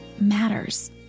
matters